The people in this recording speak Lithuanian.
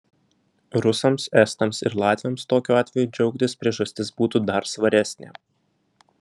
rusams estams ir latviams tokiu atveju džiaugtis priežastis būtų dar svaresnė